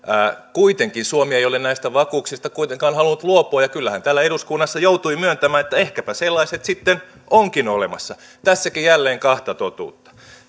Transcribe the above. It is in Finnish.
kuitenkaan suomi ei ole näistä vakuuksista halunnut luopua ja kyllä hän täällä eduskunnassa joutui myöntämään että ehkäpä sellaiset sitten onkin olemassa tässäkin jälleen kahta totuutta